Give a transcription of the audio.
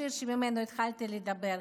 השיר שממנו התחלתי לדבר,